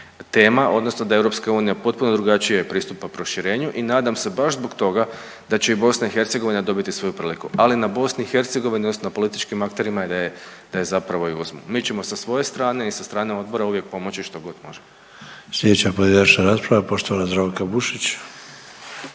odnosno da EU potpuno drugačije pristupa proširenju i nadam se baš zbog toga da će i BiH dobiti svoju priliku, ali na BiH, odnosno na političkim akterima je da je zapravo i uzmu. Mi ćemo sa svoje strane i sa strane odbora uvijek pomoći što god možemo. **Sanader, Ante (HDZ)** Sljedeća pojedinačna rasprava poštovana Zdravka Bušić.